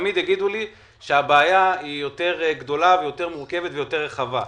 תמיד יגידו לי שהבעיה היא יותר גדולה ויותר מורכבת ויותר רחבה,